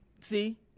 See